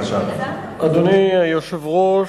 אדוני היושב-ראש,